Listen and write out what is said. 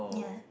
yeah